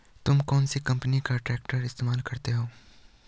तुम कौनसी कंपनी का ट्रैक्टर इस्तेमाल करते हो?